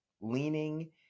leaning